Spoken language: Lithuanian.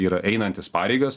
yra einantis pareigas